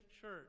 church